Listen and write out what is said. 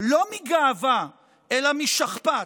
לא מגאווה אלא משכפ"ץ.